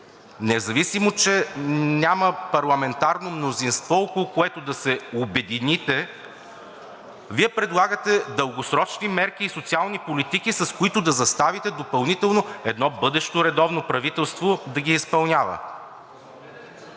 независимо че няма парламентарно мнозинство, около което да се обедините, Вие предлагате дългосрочни мерки и социални политики, с които да заставите допълнително едно бъдещо редовно правителство да ги изпълнява.